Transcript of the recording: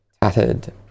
tattered